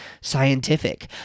scientific